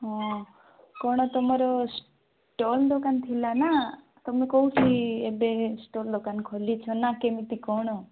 ହଁ କ'ଣ ତମର ଷ୍ଟଲ୍ ଦୋକାନ ଥିଲା ନା ତମେ କୋଉଠି ଏବେ ଷ୍ଟଲ୍ ଦୋକାନ ଖୋଲିଛ ନା କେମିତି କ'ଣ